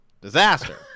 disaster